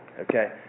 okay